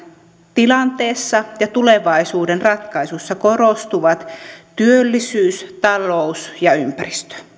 tilanteessa ja tulevaisuuden ratkaisuissa korostuvat työllisyys talous ja ympäristö